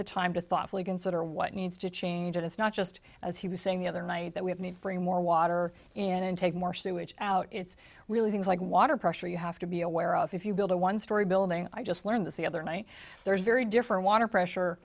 the time to thoughtfully consider what needs to change and it's not just as he was saying the other night that we have need to bring more water in and take more sewage out it's really things like water pressure you have to be aware of if you build a one story building i just learned this the other night there's very different water pressure